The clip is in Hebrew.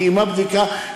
קיימה בדיקה,